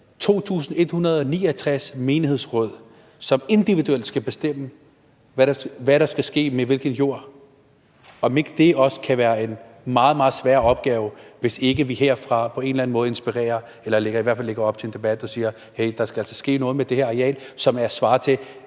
2.169 menighedsråd, som individuelt skal bestemme, hvad der skal ske med hvilken jord, kan være en meget, meget svær opgave, hvis ikke vi herfra på en eller anden måde inspirerer eller i hvert fald lægger op til en debat, der siger: Hey, der skal altså ske noget med det her areal, som svarer til